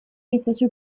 itzazu